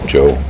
Joe